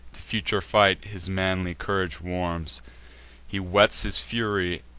to future fight his manly courage warms he whets his fury,